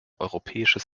europäisches